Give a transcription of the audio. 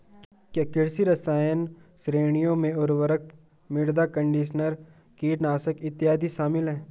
क्या कृषि रसायन श्रेणियों में उर्वरक, मृदा कंडीशनर, कीटनाशक इत्यादि शामिल हैं?